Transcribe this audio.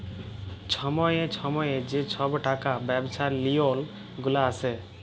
ছময়ে ছময়ে যে ছব টাকা ব্যবছার লিওল গুলা আসে